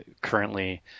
currently